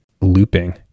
looping